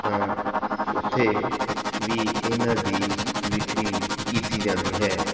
ਤਾਂ ਉੱਥੇ ਵੀ ਇਹਨਾਂ ਦੀ ਵਿਕਰੀ ਕੀਤੀ ਜਾਂਦੀ ਹੈ